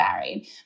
varied